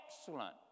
excellent